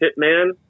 hitman